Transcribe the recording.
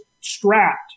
strapped